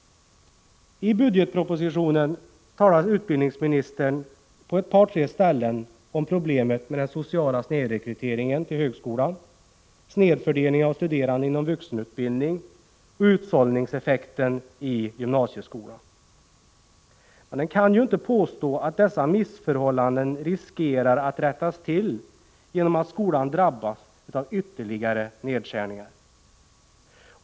I budgetpropositionen talar utbildningsministern på ett par tre ställen om problemet med den sociala snedrekryteringen till högskolan, snedfördelningen av studerande inom vuxenutbildningen och utsållningseffekten i gymnasieskolan. Men man kan ju inte påstå att dessa missförhållanden kommer att rättas till genom att skolan drabbas av ytterligare nedskärningar.